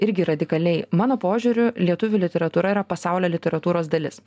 irgi radikaliai mano požiūriu lietuvių literatūra yra pasaulio literatūros dalis